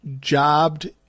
jobbed